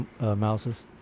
mouses